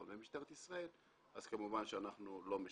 ומשטרת ישראל אז כמובן שאנחנו לא משדרגים.